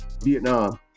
Vietnam